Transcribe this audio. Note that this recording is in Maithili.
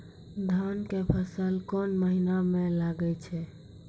धान के फसल कोन महिना म लागे छै?